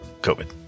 COVID